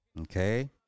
Okay